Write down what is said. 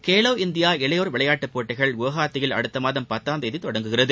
Khelo India இளையோர் விளையாட்டுப்போட்டிகள் குவஹாத்தியில் அடுத்த மாதம் பத்தாம் தேதி தொடங்குகிறது